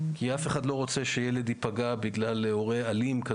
כי אף אחד לא רוצה שילד ייפגע בגלל הורה אלים,